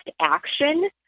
action